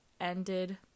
ended